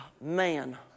Man